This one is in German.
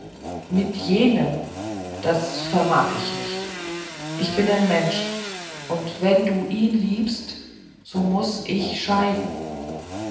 mit jenem das vermag ich nicht ich bin ein mensch und wenn du ihn liebst so muß ich scheiden